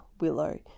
Willow